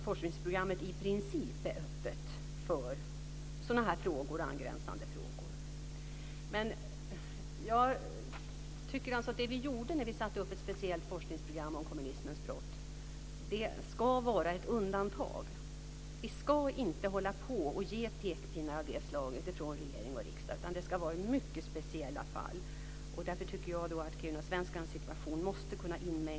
Forskningsprogrammet är i princip öppet för angränsande frågor. Det vi gjorde när vi satte upp ett speciellt program för forskning om kommunismens brott ska vara ett undantag. Vi ska inte ge pekpinnar av det slaget från regering och riksdag. Det ska vara i mycket speciella fall. Därför tycker jag att kirunasvenskarnas situation måste kunna inmängas.